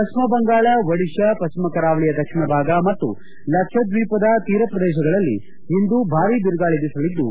ಪ್ಲಿಮ ಬಂಗಾಳ ಒಡಿಶಾ ಪಲ್ಲಿಮ ಕರಾವಳಿಯ ದಕ್ಷಿಣ ಭಾಗ ಮತ್ತು ಲಕ್ಷ ದೀಪದ ತೀರ ಪ್ರದೇಶಗಳಲ್ಲಿ ಇಂದು ಭಾರೀ ಬಿರುಗಾಳಿ ಬೀಸಲಿದ್ದು